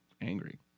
angry